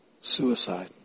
suicide